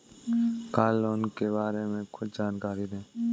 Car loan के बारे में कुछ जानकारी दें?